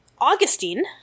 Augustine